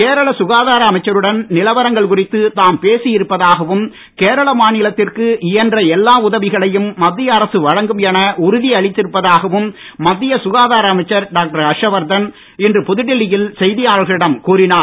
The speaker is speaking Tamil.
கேரள சுகாதார அமைச்சருடன் நிலவரங்கள் குறித்து தாம் பேசி இருப்பதாகவும் கேரள மாநிலத்திற்கு இயன்ற எல்லா உதவிகளையும் மத்திய அரசு வழங்கும் என உறுதி அளித்திருப்பதாகவும் மத்திய சுகாதார அமைச்சர் டாக்டர் ஹர்ஷவர்தன் இன்று புதுடெல்லியில் செய்தியாளர்களிடம் கூறினார்